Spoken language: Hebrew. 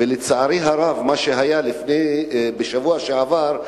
ולצערי הרב מה שהיה בשבוע שעבר,